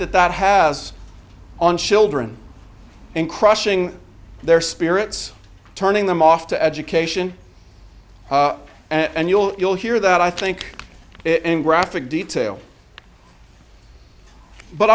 that that has on children and crushing their spirits turning them off to education and you'll you'll hear that i think it in graphic detail but